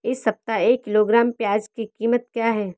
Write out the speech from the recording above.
इस सप्ताह एक किलोग्राम प्याज की कीमत क्या है?